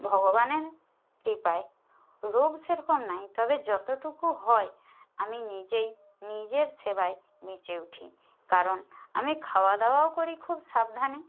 ভগবানের কৃপায় রোগ সেরকম নাই তবে যতোটুকু হয় আমি নিজেই নিজের সেবায় উঠি কারণ আমি খাওয়া দাওয়াও করি খুব সাবধানে